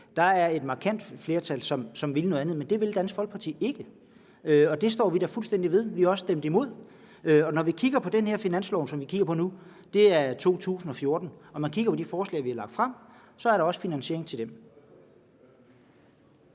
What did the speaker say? der er et markant flertal, som vil noget andet. Men det vil Dansk Folkeparti ikke. Og det står vi da fuldstændig ved. Vi har også stemt imod. Og når man kigger på de forslag, vi har lagt frem til den her finanslov, altså for 2014, vil man se, at der også er finansiering til dem.